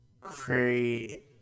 create